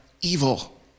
evil